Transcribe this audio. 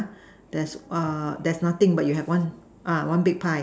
there's uh there's nothing but you have one ah one big pie